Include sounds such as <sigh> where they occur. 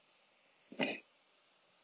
<breath>